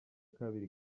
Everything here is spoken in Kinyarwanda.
kabiri